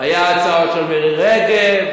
היתה הצעה של מירי רגב,